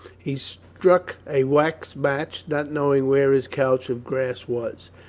he struck a wax match, not knowing where his couch of grass was.